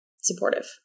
supportive